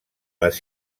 les